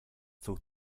zog